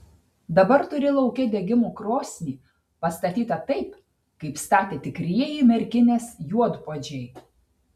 dabar turi lauke degimo krosnį pastatytą taip kaip statė tikrieji merkinės juodpuodžiai